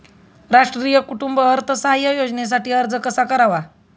राष्ट्रीय कुटुंब अर्थसहाय्य योजनेसाठी अर्ज कसा करावा?